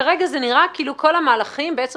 כרגע זה נראה כאילו כל המהלכים בעצם